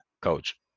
coach